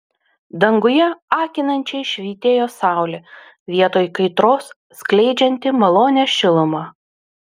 danguje akinančiai švytėjo saulė vietoj kaitros skleidžianti malonią šilumą